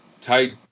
tight